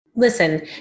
Listen